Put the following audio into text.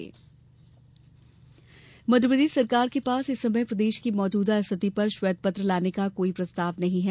श्वेत पत्र मध्यप्रदेश सरकार के पास इस समय प्रदेश की मौजूदा स्थिति पर श्वेत पत्र लाने का कोई प्रस्ताव नहीं है